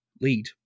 lead